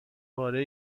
پاره